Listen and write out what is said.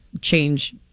change